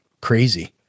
crazy